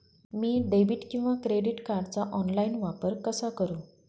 मी debit किंवा credit कार्डचा online वापर कसा करु?